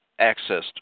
accessed